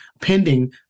pending